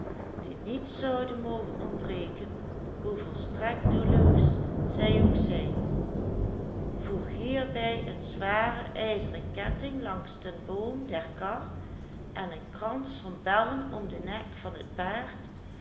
ijzeren ketting langs den boom der kar en een krans van bellen om den nek van t paard